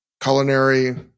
Culinary